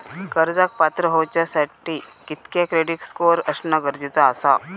कर्जाक पात्र होवच्यासाठी कितक्या क्रेडिट स्कोअर असणा गरजेचा आसा?